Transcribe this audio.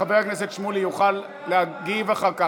חבר הכנסת שמולי יוכל להגיב אחר כך,